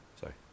Sorry